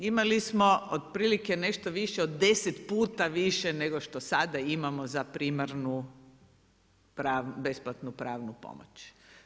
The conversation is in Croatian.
Imali smo otprilike nešto više od 10 puta više nego što sada imamo za primarnu besplatnu pravnu pomoć.